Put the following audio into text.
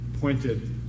pointed